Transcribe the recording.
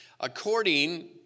According